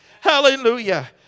hallelujah